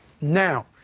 now